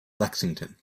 lexington